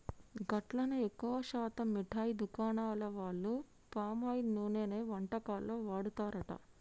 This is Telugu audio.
గట్లనే ఎక్కువ శాతం మిఠాయి దుకాణాల వాళ్లు పామాయిల్ నూనెనే వంటకాల్లో వాడతారట